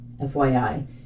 fyi